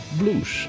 blues